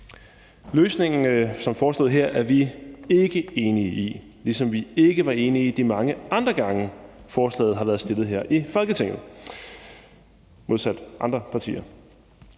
løsningen, som er foreslået her, er vi ikke enige i, ligesom vi ikke var enige de mange andre gange, forslaget har været fremsat her i Folketinget – modsat andre partier.